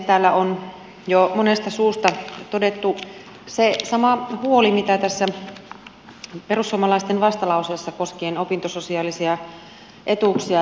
täällä on jo monesta suusta todettu se sama huoli kuin tässä perussuomalaisten vastalauseessa koskien opintososiaalisia etuuksia